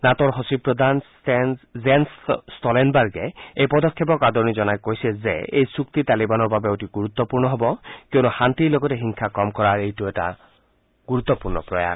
নাটৰ সচিব প্ৰধান জেন্ছ ষ্টলটেনবাৰ্গে এই পদক্ষেপক আদৰণি জনাই কৈছে যে এই চুক্তি তালিবানৰ বাবে অতি গুৰুত্বপূৰ্ণ হ'ব কিয়নো শান্তিৰ লগতে হিংসা কম কৰাৰ এইটো এটা গুৰুত্বপূৰ্ণ প্ৰয়াস